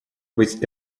быть